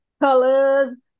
Colors